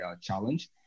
challenge